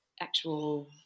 actual